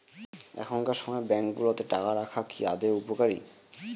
এখনকার সময় ব্যাঙ্কগুলোতে টাকা রাখা কি আদৌ উপকারী?